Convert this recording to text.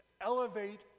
elevate